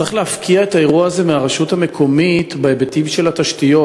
צריך להפקיע את האירוע הזה מהרשות המקומית בהיבטים של התשתיות.